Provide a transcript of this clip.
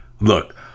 Look